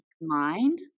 mind